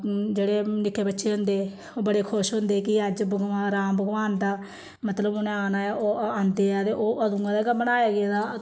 जेह्ड़े निक्के बच्चे होंदे ओह् बड़े खुश होंदे कि अज्ज भगवान राम भगवान दा मतलब उ'नें औना ऐ ओह् औंदे ऐ ते ओह् अदुआं दा गै बनाया गेदा ऐ